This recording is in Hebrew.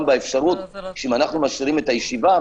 גם באפשרות שאם אנחנו משאירים את הישיבה,